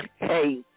hey